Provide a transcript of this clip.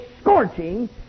scorching